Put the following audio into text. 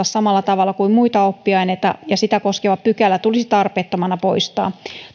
samalla tavalla kuin muita oppiaineita ja sitä koskeva pykälä tulisi tarpeettomana poistaa